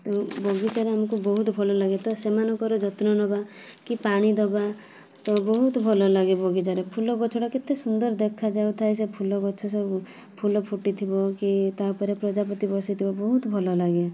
ତ ବଗିଚାରେ ଆମକୁ ବହୁତ ଭଲଲାଗେ ତ ସେମାନଙ୍କର ଯତ୍ନ ନେବା କି ପାଣି ଦେବା ତ ବହୁତ ଭଲଲାଗେ ବଗିଚାରେ ଫୁଲ ଗଛଟା କେତେ ସୁନ୍ଦର ଦେଖାଯାଉଥାଏ ସେ ଫୁଲ ଗଛ ସବୁ ଫୁଲ ଫୁଟିଥିବ କି ତା'ଉପରେ ପ୍ରଜାପତି ବସିଥିବ ବହୁତ ଭଲଲାଗେ